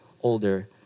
older